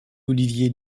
olivier